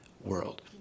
world